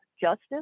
Justice